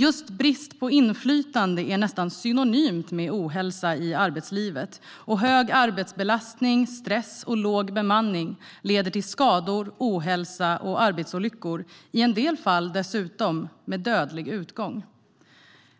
Just brist på inflytande är nästan synonymt med ohälsa i arbetslivet. Hög arbetsbelastning, stress och låg bemanning leder till skador, ohälsa och arbetsolyckor, i en del fall dessutom med dödlig utgång.